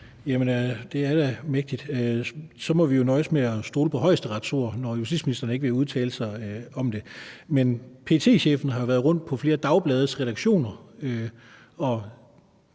Jamen det er da mægtigt. Så må vi jo nøjes med at stole på Højesterets ord, når justitsministeren ikke vil udtale sig om det. Men PET-chefen har jo været rundt på flere dagblades redaktioner og